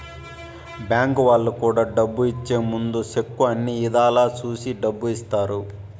bank వాళ్ళు కూడా డబ్బు ఇచ్చే ముందు సెక్కు అన్ని ఇధాల చూసి డబ్బు ఇత్తారు